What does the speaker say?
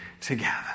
together